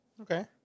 Okay